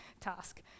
task